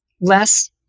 less